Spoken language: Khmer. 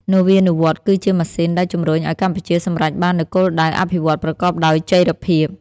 នវានុវត្តន៍គឺជាម៉ាស៊ីនដែលជំរុញឱ្យកម្ពុជាសម្រេចបាននូវគោលដៅអភិវឌ្ឍន៍ប្រកបដោយចីរភាព។